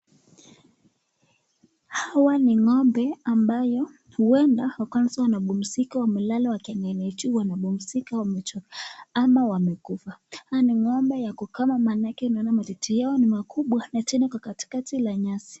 Hawa ni ng'ombe ambayo huenda wamekazwa na pumziko wamelala wakiangalia juu, wanapumzika wamechoka ama wamekufa. Hao ni ng'ombe ya kukama manake naona matiti yao ni makubwa na tena iko katikati la nyasi.